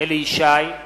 אליהו ישי,